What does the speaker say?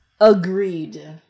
agreed